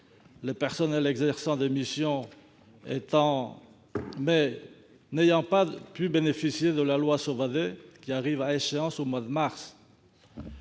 des personnels exerçant des missions d'État, mais n'ayant pas pu bénéficier de la loi Sauvadet, qui arrive à échéance en mars.